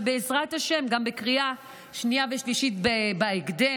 ובעזרת השם גם בקריאה שנייה ושלישית בהקדם.